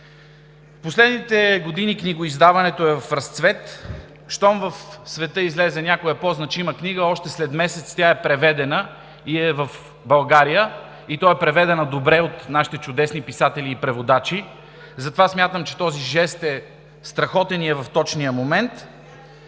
В последните години книгоиздаването е в разцвет. Щом в света излезе някоя по-значима книга, още след месец тя е преведена и е в България, и то преведена добре от нашите чудесни писатели и преводачи. Затова смятам, че този жест е страхотен и е в точния момент.